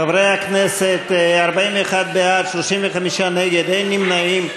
חברי הכנסת, 41 בעד, 35 נגד, אין נמנעים.